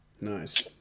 nice